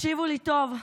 תקשיבו לי טוב,